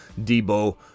Debo